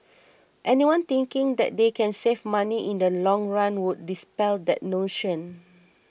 anyone thinking that they can save money in the long run would dispel that notion